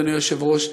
אדוני היושב-ראש,